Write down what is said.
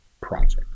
project